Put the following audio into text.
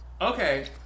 Okay